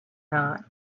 not